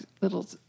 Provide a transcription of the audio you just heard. little